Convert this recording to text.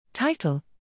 Title